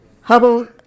Hubble